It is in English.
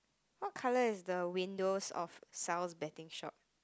what colour is the windows of Sal's betting shop